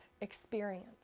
experience